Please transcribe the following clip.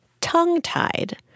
tongue-tied